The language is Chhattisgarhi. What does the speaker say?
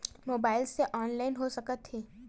मोबाइल से ऑनलाइन हो सकत हे?